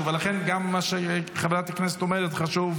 חברות הכנסת, שנייה.